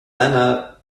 lenna